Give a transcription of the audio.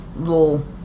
Little